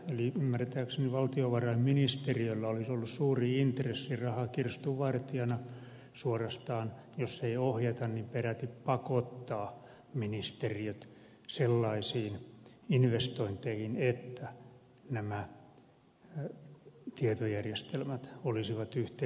eli ymmärtääkseni valtiovarainministeriöllä olisi ollut suuri intressi rahakirstun vartijana suorastaan jos ei ohjata niin peräti pakottaa ministeriöt sellaisiin investointeihin että nämä tietojärjestelmät olisivat yhteensopivia